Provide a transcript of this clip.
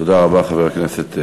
תודה רבה, חבר הכנסת ברוורמן.